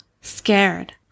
scared